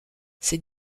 ces